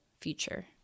future